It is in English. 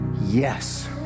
yes